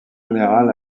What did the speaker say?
général